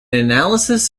analysis